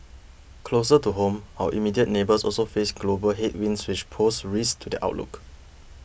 closer to home our immediate neighbours also face global headwinds which pose risks to their outlook